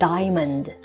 Diamond